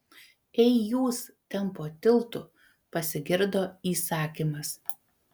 ei jūs ten po tiltu pasigirdo įsakymas